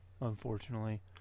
Unfortunately